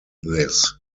this